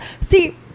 see